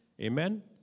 Amen